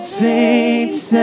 saints